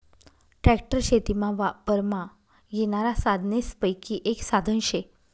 tractor शेतीमा वापरमा येनारा साधनेसपैकी एक साधन शे